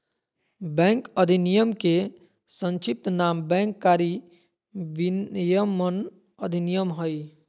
bank अधिनयम के संक्षिप्त नाम बैंक कारी विनयमन अधिनयम हइ